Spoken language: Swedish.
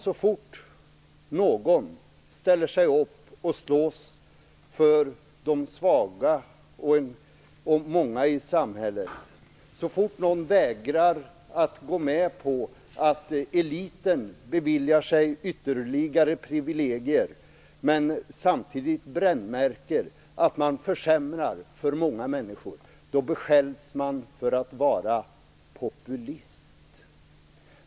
Så fort någon ställer sig upp och slåss för de svaga och många i samhället och så fort någon vägrar att gå med på att eliten beviljar sig ytterligare privilegier samtidigt som man försämrar för många människor beskylls man för att vara populist.